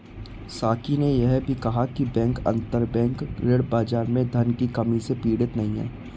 साकी ने यह भी कहा कि बैंक अंतरबैंक ऋण बाजार में धन की कमी से पीड़ित नहीं हैं